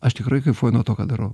aš tikrai kaifuoju nuo to ką darau